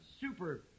super